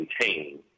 maintain